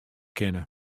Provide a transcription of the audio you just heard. kinne